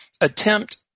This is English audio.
attempt